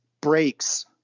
breaks